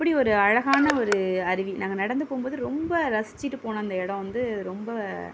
அப்படி ஒரு அழகான ஒரு அருவி நாங்கள் நடந்து போகும்போது ரொம்ப ரசிச்சுட்டு போன அந்த இடம் வந்து ரொம்ப